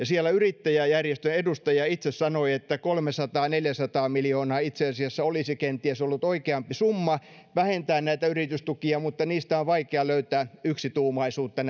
siellä yrittäjäjärjestön edustaja itse sanoi että kolmesataa viiva neljäsataa miljoonaa itse asiassa olisi kenties ollut oikeampi summa vähentää näitä yritystukia mutta näistä asioista on vaikea löytää yksituumaisuutta